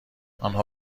آنها